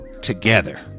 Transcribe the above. together